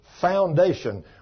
foundation